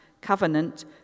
covenant